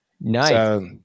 Nice